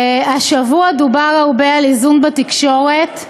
השבוע דובר הרבה על איזון בתקשורת.